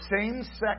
same-sex